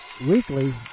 Weekly